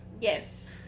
Yes